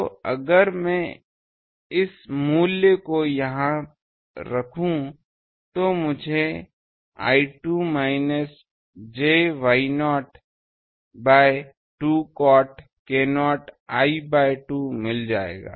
तो अगर मैं इस मूल्य को यहां रखूं तो मुझे I2 minus j Y0 by 2 cot k0 l by 2 मिल जाएगा